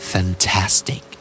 Fantastic